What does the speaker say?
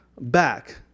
back